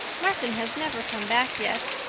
martin has never come back yet.